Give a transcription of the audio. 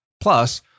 Plus